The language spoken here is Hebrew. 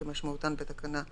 כמשמעותן בתקנה 1(א).